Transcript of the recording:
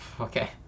Okay